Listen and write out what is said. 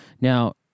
now